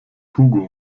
hugo